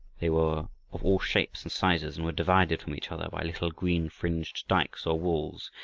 they were of all shapes and sizes, and were divided from each other by little green fringed dykes or walls.